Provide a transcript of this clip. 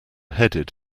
headed